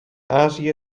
azië